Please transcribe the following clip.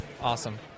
Awesome